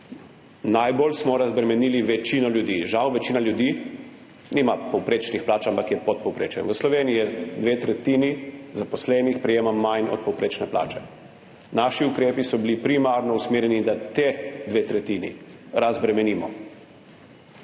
Najbolj smo razbremenili večino ljudi. Žal večina ljudi nima povprečnih plač, ampak je pod povprečjem. V Sloveniji dve tretjini zaposlenih prejema manj od povprečne plače. Naši ukrepi so bili primarno usmerjeni, da ti dve tretjini razbremenimo.